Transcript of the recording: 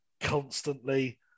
constantly